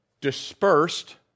dispersed